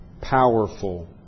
powerful